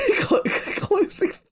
Closing